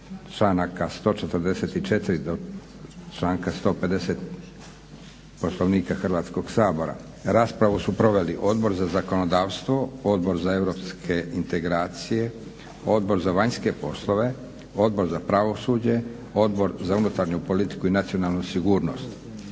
članaka 144. do članka 150. Poslovnika Hrvatskog sabora. Raspravu su proveli Odbor za zakonodavstvo, Odbor za europske integracije, Odbor za vanjske poslove, Odbor za pravosuđe, Odbor za unutarnju politiku i nacionalnu sigurnost.